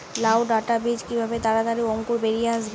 লাউ ডাটা বীজ কিভাবে তাড়াতাড়ি অঙ্কুর বেরিয়ে আসবে?